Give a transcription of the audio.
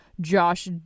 josh